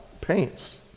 paints